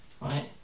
right